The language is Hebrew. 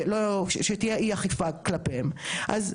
אז עכשיו הם נזכרו ב-5 במאי 2022,